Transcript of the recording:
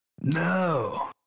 No